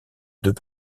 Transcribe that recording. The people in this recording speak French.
deux